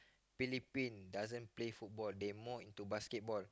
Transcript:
Philippine doesn't play football they more into basketball